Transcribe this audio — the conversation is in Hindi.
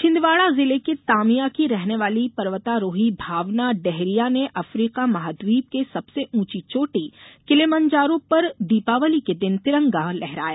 छिंदवाड़ा जिले के तामिया की रहने वाली पर्वतारोही भावना डेहरिया ने अफ्रीका महाद्वीप की सबसे ऊंची चोटी किलिमंजारो पर दीपावली के दिन तिरंगा लहराया